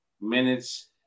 minutes